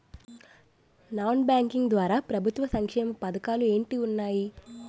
Non banking ద్వారా ప్రభుత్వ సంక్షేమ పథకాలు ఏంటి ఉన్నాయి?